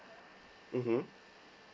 mmhmm